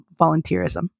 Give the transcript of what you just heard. volunteerism